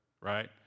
right